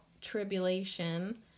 Tribulation